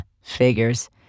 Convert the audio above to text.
Figures